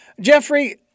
Jeffrey